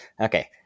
Okay